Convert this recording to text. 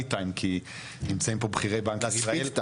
time כי נמצאים פה בכירי בנק ישראל,